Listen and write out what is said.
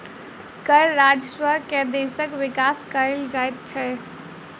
कर राजस्व सॅ देशक विकास कयल जाइत छै